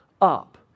up